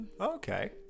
Okay